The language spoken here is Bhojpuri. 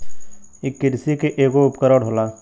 इ किरसी के ऐगो उपकरण होला